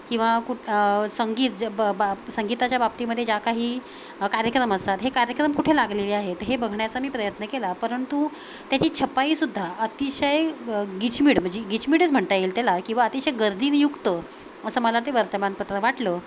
किंवा कुठे संगीत ज बा बा संगीताच्या बाबतीमध्ये जे काही कार्यक्रम असतात हे कार्यक्रम कुठे लागलेले आहेत हे बघण्याचा मी प्रयत्न केला परंतु त्याची छपाईसुद्धा अतिशय ग गिचमीड म्हणजे गिचमीडच म्हणता येईल त्याला किंवा अतिशय गर्दीने युक्त असं मला ते वर्तमानपत्र वाटलं